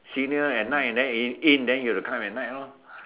senior at night and in then you have to come at night lor